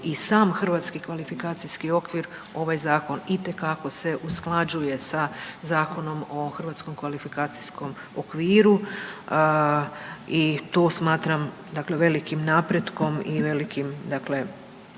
i Hrvatski kvalifikacijski okvir ovaj zakon itekako se usklađuje sa Zakonom o Hrvatskom kvalifikacijskom okviru i tu smatram dakle velikim napretkom i velikim dakle